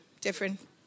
Different